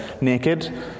Naked